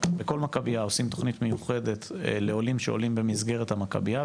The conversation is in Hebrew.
לכל מכביה עושים תוכנית מיוחדת לעולים שעולים במסגרת המכביה,